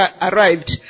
arrived